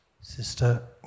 Sister